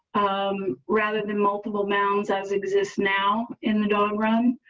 um rather than multiple mountains as exists now in the diagram.